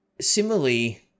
similarly